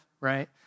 right